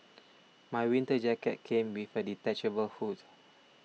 my winter jacket came with a detachable hood